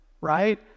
right